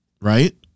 right